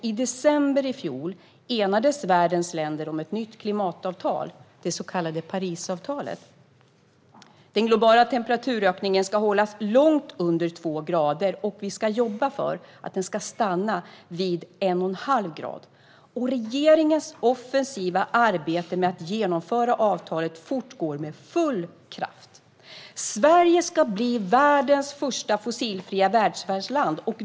I december i fjol enades världens länder om ett nytt klimatavtal, det så kallade Parisavtalet. Den globala temperaturökningen ska hållas långt under två grader, och vi ska jobba för att den ska stanna vid en och en halv grad. Regeringens offensiva arbete med att genomföra avtalet fortgår med full kraft. Sverige ska bli världens första fossilfria välfärdsland.